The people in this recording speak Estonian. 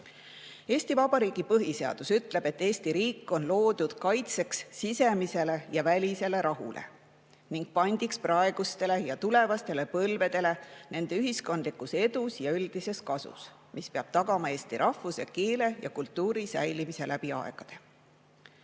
miks. Eesti Vabariigi põhiseadus ütleb, et Eesti riik on loodud kaitseks sisemisele ja välisele rahule ning pandiks praegustele ja tulevastele põlvedele nende ühiskondlikus edus ja üldises kasus, mis peab tagama eesti rahvuse, keele ja kultuuri säilimise läbi aegade.